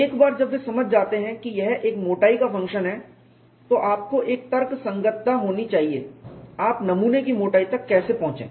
एक बार जब वे समझ जाते हैं कि यह एक मोटाई का फंक्शन है तो आपको एक तर्कसंगतता होनी चाहिए आप नमूने की मोटाई तक कैसे पहुंचें